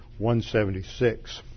176